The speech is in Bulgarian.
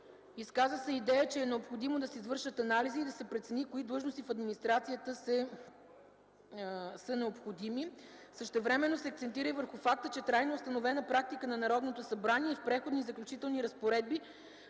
Изказа се идея, че е необходимо да се извършат анализи и да се прецени кои длъжности в администрацията са необходими. Същевременно се акцентира и върху факта, че трайно установена практика на Народното събрание е в Преходни и заключителни разпоредби